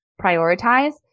prioritize